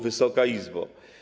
Wysoka Izbo!